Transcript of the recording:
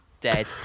Dead